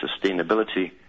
sustainability